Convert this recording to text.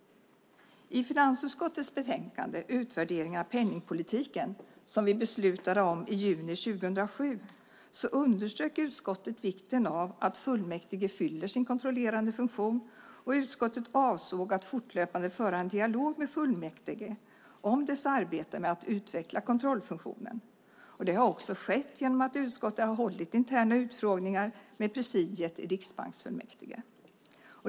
I finansutskottets betänkande Utvärderingen av penningpolitiken , som vi beslutade om i juni 2007, underströk utskottet vikten av att fullmäktige fyller sin kontrollerande funktion, och utskottet avsåg att fortlöpande föra en dialog med fullmäktige om dess arbete med att utveckla kontrollfunktionen. Det har också skett genom att utskottet har hållit interna utfrågningar med presidiet i riksbanksfullmäktige.